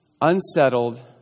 unsettled